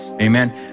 Amen